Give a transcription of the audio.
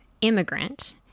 immigrant